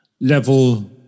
level